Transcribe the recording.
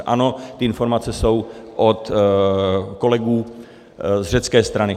Ano, informace jsou od kolegů z řecké strany.